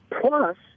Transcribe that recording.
plus